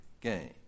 game